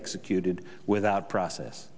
executed without process